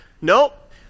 Nope